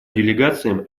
делегациям